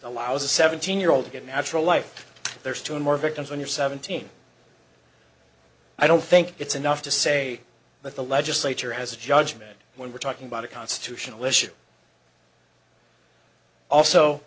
allows a seventeen year old to get natural life there's two more victims when you're seventeen i don't think it's enough to say but the legislature has a judgment when we're talking about a constitutional issue also